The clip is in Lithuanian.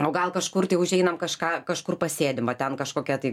o gal kažkur tai užeinam kažką kažkur pasėdim va ten kažkokia tai